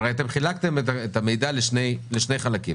הרי חילקתם את המידע לשני חלקים